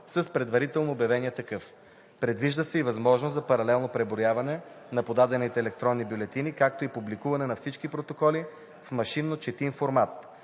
с предварително обявения такъв. Предвижда се и възможност за паралелно преброяване на подадените електронни бюлетини, както и публикуване на всички протоколи в машинно четим формат.